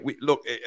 Look